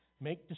Make